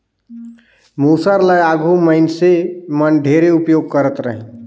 मूसर ल आघु मइनसे मन ढेरे उपियोग करत रहिन